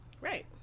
right